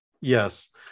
Yes